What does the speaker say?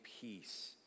peace